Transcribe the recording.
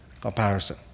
comparison